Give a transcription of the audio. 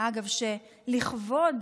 שלכבוד